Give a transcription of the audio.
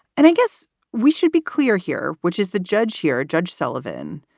and i guess we should be clear here, which is the judge here, judge sullivan.